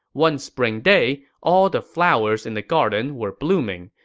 one spring day, all the flowers in the garden were blooming,